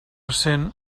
cent